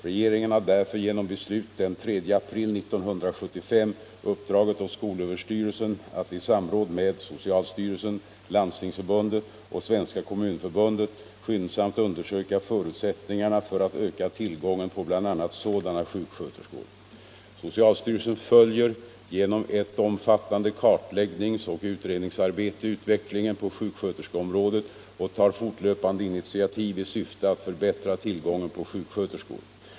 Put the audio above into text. Regeringen har därför genom beslut den 3 april 1975 uppdragit åt skolöverstyrelsen att i samråd med socialstyrelsen, Landstingsförbundet och Svenska kommunförbundet skyndsamt undersöka förutsättningarna för att öka till ningsarbete utvecklingen på sjuksköterskeområdet och tar fortlöpande 26 maj 1975 initiativ i syfte att förbättra tillgången på sjuksköterskor.